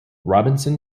robinson